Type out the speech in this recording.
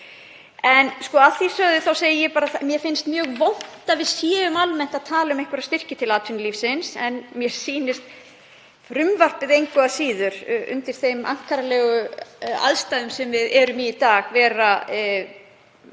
En að því sögðu þá segi ég bara að mér finnst mjög vont að við séum almennt að tala um einhverja styrki til atvinnulífsins en mér sýnist frumvarpið engu að síður, við þær ankannalegu aðstæður sem við erum í í dag, vera